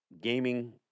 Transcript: gaming